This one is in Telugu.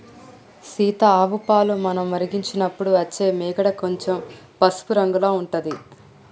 సీత ఆవు పాలు మనం మరిగించినపుడు అచ్చే మీగడ కొంచెం పసుపు రంగుల ఉంటది